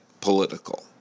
political